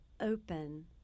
open